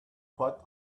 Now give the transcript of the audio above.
quite